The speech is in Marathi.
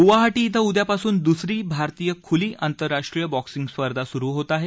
गुवाहाटी इथं उदयापासून दुसरी भारतीय खुली आंतरराष्ट्रीय बॉक्सींग स्पर्धा सुरु होत आहे